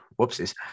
Whoopsies